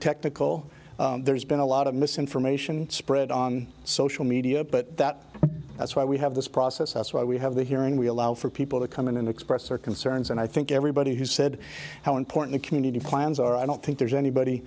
technical there's been a lot of misinformation spread on social media but that that's why we have this process that's why we have the hearing we allow for people to come in and express their concerns and i think everybody has said how important community plans are i don't think there's anybody